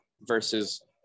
versus